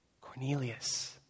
Cornelius